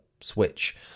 switch